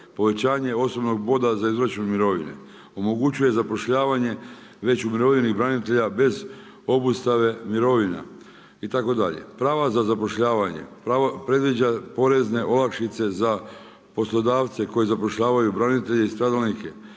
povećanje osobnog boda za izvršenu mirovinu, omogućuje zapošljavanje već u mirovini branitelja bez obustave mirovina itd. Prava za zapošljavanje, predviđa porezne olakšice za poslodavce koji zapošljavaju branitelje i stradalnike,